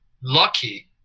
lucky